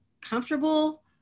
comfortable